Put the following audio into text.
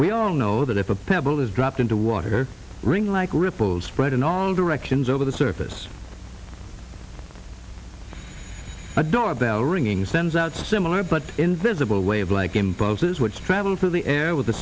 we all know that if a pebble is dropped into water ring like ripples spread in all directions over the surface a doorbell ringing sends out similar but invisible wave like impulses which travel through the air with the